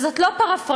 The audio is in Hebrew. וזאת לא פרפראזה: